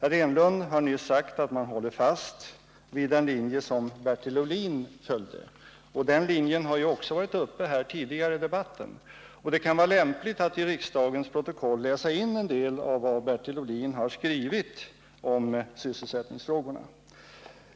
Eric Enlund sade nyss att folkpartiet håller fast vid den linje som Bertil Ohlin följde, och den linjen har också diskuterats tidigare i debatten. Det kan därför vara lämpligt att till riksdagens protokoll läsa in en del av vad Bertil Ohlin skrivit om sysselsättningsfrågorna.